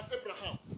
Abraham